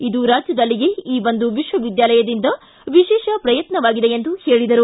ಇದು ರಾಜ್ಯದಲ್ಲಿಯೇ ಈ ಒಂದು ವಿಶ್ವವಿದ್ಯಾಲಯದಿಂದ ವಿಶೇಷ ಪ್ರಯತ್ನವಾಗಿದೆ ಎಂದು ಹೇಳಿದರು